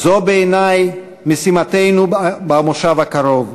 זו בעיני משימתנו במושב הקרוב: